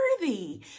worthy